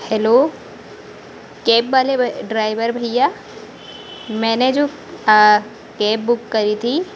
hello cab वाले driver भईया मैंने जो केब बुक करी थी